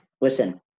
Listen